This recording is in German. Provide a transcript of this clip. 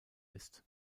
ist